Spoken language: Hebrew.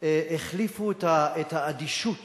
החליפו את האדישות